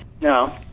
No